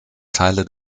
teile